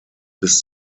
bis